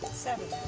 seven.